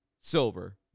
silver